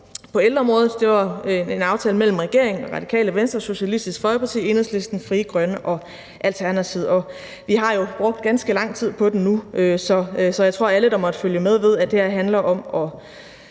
på ældreområdet. Det var en aftale mellem regeringen, Det Radikale Venstre, Socialistisk Folkeparti, Enhedslisten, Frie Grønne og Alternativet. Og vi har jo brugt ganske lang tid på den nu, så jeg tror, at alle, der måtte følge med, ved, at det her handler om at